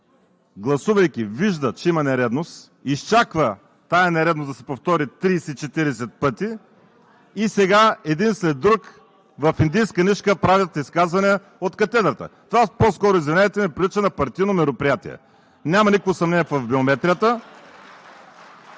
гласувайки, вижда, че има нередност, изчаква тази нередност да се повтори 30 – 40 пъти и сега, един след друг, в индийска нишка правите изказвания от катедрата? Това по-скоро, извинявайте, ми прилича на партийно мероприятие. Няма никакво съмнение в биометрията.